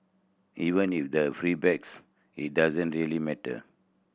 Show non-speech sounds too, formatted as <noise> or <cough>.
even if there's feedback <unintelligible> it doesn't really matter